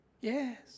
Yes